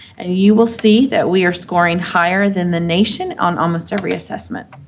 and you will see that we are scoring higher than the nation on almost every assessment.